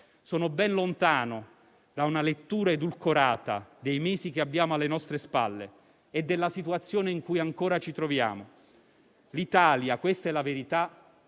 Sono ben lontano da una lettura edulcorata dei mesi che abbiamo alle nostre spalle e della situazione in cui ancora ci troviamo. L'Italia - questa è la verità